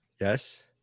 yes